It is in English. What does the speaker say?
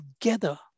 together